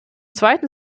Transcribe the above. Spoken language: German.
zweiten